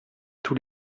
tous